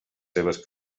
seves